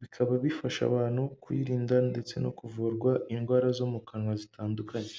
bikaba bifasha abantu kuyirinda ndetse no kuvurwa indwara zo mu kanwa zitandukanye.